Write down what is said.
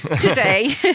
Today